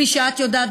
כפי שאת יודעת,